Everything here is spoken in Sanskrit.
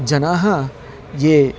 जनाः ये